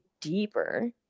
deeper